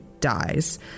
dies